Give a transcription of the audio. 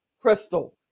crystal